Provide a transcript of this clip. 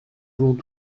voulons